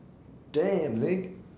damn Nick